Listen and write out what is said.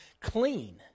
clean